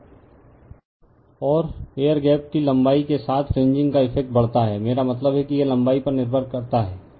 refer slide time 2115 और air gap की लंबाई के साथ फ्रिंजिंग का इफ़ेक्ट बढ़ता है मेरा मतलब है कि यह लंबाई पर निर्भर करता है